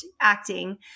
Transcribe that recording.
acting